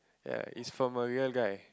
ya from a real guy